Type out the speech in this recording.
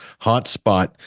Hotspot